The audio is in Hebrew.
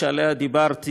שעליה דיברתי,